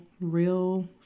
real